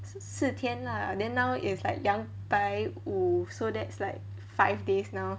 四天 lah then now is like 两百五 so that's like five days now